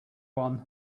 one